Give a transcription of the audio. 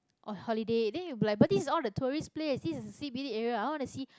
on holiday then he'll be like but this is all the tourist place this is the c_b_d area i wanna see